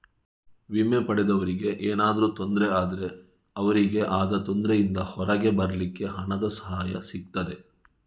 ವಿಮೆ ಪಡೆದವರಿಗೆ ಏನಾದ್ರೂ ತೊಂದ್ರೆ ಆದ್ರೆ ಅವ್ರಿಗೆ ಆದ ತೊಂದ್ರೆಯಿಂದ ಹೊರಗೆ ಬರ್ಲಿಕ್ಕೆ ಹಣದ ಸಹಾಯ ಸಿಗ್ತದೆ